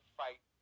fight